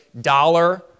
dollar